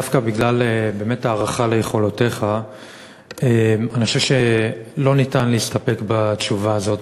דווקא בגלל באמת הערכה ליכולותיך אני חושב שלא ניתן להסתפק בתשובה הזאת,